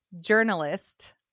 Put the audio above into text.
Journalist